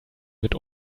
mit